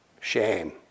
shame